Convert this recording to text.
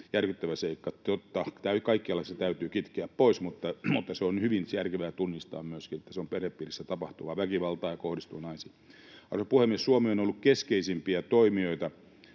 järkyttävä seikka. Kaikkialla se täytyy kitkeä pois, mutta on hyvin järkevää tunnistaa myöskin, että se on perhepiirissä tapahtuvaa väkivaltaa ja kohdistuu naisiin. Arvoisa puhemies! Suomi on ollut keskeisimpiä toimijoita,